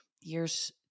years